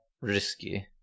risky